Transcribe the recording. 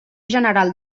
general